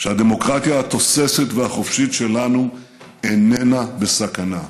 שהדמוקרטיה התוססת והחופשית שלנו איננה בסכנה.